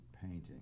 painting